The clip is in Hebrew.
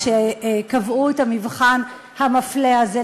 כשקבעו את המבחן המפלה הזה,